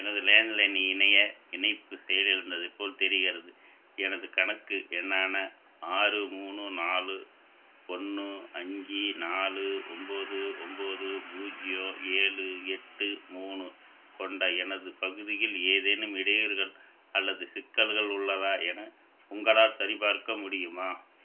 எனது லேண்ட்லைன் இணைய இணைப்பு செயலிழந்தது போல் தெரிகிறது எனது கணக்கு எண்ணான ஆறு மூணு நாலு ஒன்று அஞ்சு நாலு ஒம்போது ஒம்போது பூஜ்ஜியம் ஏழு எட்டு மூணு கொண்ட எனது பகுதியில் ஏதேனும் இடையூறுகள் அல்லது சிக்கல்கள் உள்ளதா என உங்களால் சரிபார்க்க முடியுமா